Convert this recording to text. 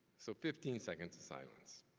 so fifteen seconds of silence.